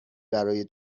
برای